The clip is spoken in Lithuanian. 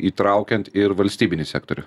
įtraukiant ir valstybinį sektorių